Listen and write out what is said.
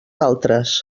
altres